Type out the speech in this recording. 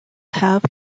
have